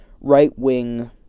right-wing